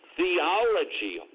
theology